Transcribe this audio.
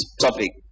topic